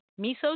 miso